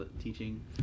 teaching